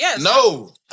No